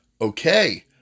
Okay